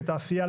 לתעשייה,